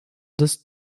des